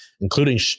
including